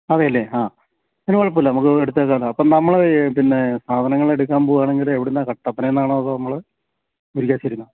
അതെ അല്ലേ ആ അതിനു കുഴപ്പമില്ല നമുക്ക് എടുത്തേക്കാം കെട്ടോ അപ്പോള് നമ്മള് പിന്നേ സാധനങ്ങളെടുക്കാൻ പോവുകയാണെങ്കിലേ എവിടുന്നാ കട്ടപ്പനയില്നിന്നാണോ അതോ നമ്മള് വെല്ല്യാശ്ശേരിയില്നിന്നാണോ